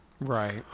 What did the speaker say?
Right